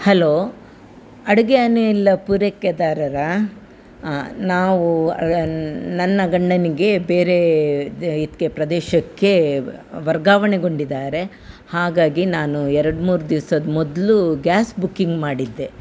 hello ಅಡುಗೆ ಅನಿಲ ಪೂರೈಕೆದಾರರಾ ಆಂ ನಾವು ನನ್ನ ಗಂಡನಿಗೆ ಬೇರೆ ದ್ ಇದಕ್ಕೆ ಪ್ರದೇಶಕ್ಕೆ ವರ್ಗಾವಣೆಗೊಂಡಿದ್ದಾರೆ ಹಾಗಾಗಿ ನಾನು ಎರಡು ಮೂರು ದಿವ್ಸದ ಮೊದಲು ಗ್ಯಾಸ್ ಬುಕ್ಕಿಂಗ್ ಮಾಡಿದ್ದೆ